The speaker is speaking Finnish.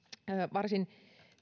varsin